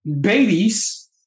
babies